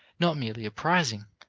not merely a prizing,